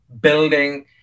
building